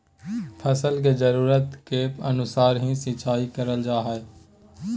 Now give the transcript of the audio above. फसल के जरुरत के अनुसार ही सिंचाई करल जा हय